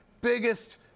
Biggest